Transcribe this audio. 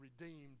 redeemed